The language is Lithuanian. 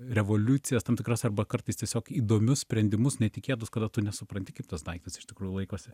revoliucijas tam tikras arba kartais tiesiog įdomius sprendimus netikėtus kada tu nesupranti kaip tas daiktas iš tikrųjų laikosi